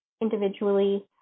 individually